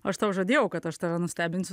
aš tau žadėjau kad aš tave nustebinsiu